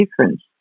difference